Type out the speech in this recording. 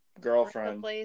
girlfriend